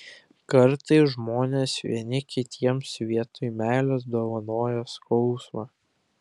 kartais žmonės vieni kitiems vietoj meilės dovanoja skausmą